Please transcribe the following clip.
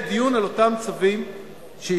יהיה דיון על אותם צווים שישנם.